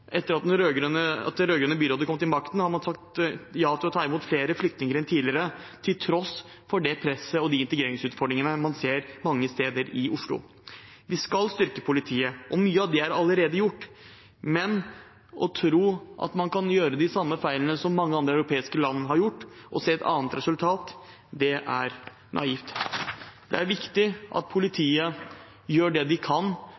etter at det rød-grønne byrådet kom til makten, har man sagt ja til å ta imot flere flyktninger enn tidligere til tross for det presset og de integreringsutfordringene man ser mange steder i Oslo. Vi skal styrke politiet, og mye er allerede gjort. Men å tro at man kan gjøre de samme feilene som mange andre europeiske land har gjort, og se et annet resultat, er naivt. Det er viktig at politiet gjør det de kan